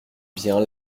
bien